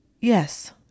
Yes